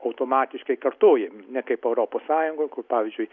automatiškai kartojami ne kaip europos sąjungoj kur pavyzdžiui